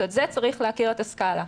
צריך להכיר את הסקאלה.